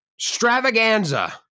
stravaganza